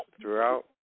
throughout